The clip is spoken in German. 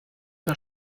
der